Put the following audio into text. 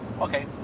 okay